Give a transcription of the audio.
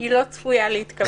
היא לא צפויה להתקבל.